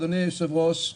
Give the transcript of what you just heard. אדוני היושב-ראש,